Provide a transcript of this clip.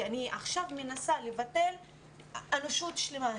כי אני עכשיו מנסה לבטל אנושות שלמה,